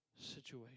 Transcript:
situation